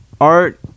art